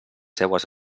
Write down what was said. seues